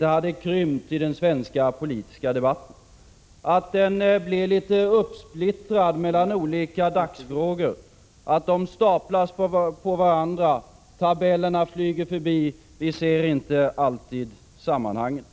hade krympt något i den svenska politiska debatten, att den blivit uppsplittrad mellan olika dagsfrågor som staplas på varandra. Tabellerna flyger förbi, och vi ser inte alltid sammanhangen.